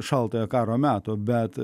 šaltojo karo meto bet